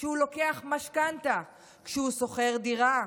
כשהוא לוקח משכנתה, כשהוא שוכר דירה.